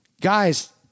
Guys